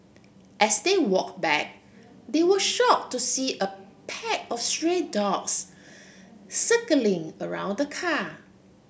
as they walk back they were shock to see a pack of stray dogs circling around the car